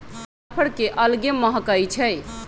जाफर के अलगे महकइ छइ